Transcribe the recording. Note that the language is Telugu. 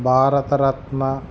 భారతరత్న